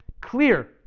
clear